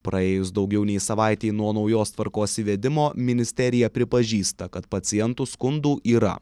praėjus daugiau nei savaitei nuo naujos tvarkos įvedimo ministerija pripažįsta kad pacientų skundų yra